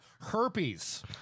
Herpes